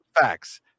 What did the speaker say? facts